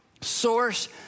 Source